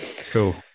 Cool